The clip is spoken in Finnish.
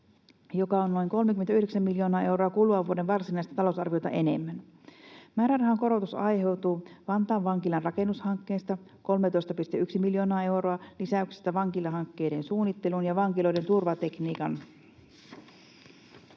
joka on noin 39 miljoonaa euroa kuluvan vuoden varsinaista talousarviota enemmän. Määrärahan korotus aiheutuu Vantaan vankilan rakennushankkeesta, 13,1 miljoonaa euroa, lisäyksestä vankilahankkeiden suunnitteluun ja vankiloiden turvatekniikan